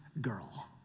girl